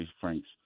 Franks